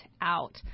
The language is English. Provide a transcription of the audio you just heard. out